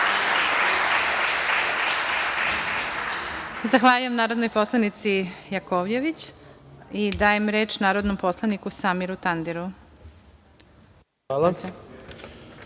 Zahvaljujem narodnoj poslanici Jakovljević. Dajem reč narodnom poslaniku Samiru Tandiru. **Samir